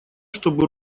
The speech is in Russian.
чтобы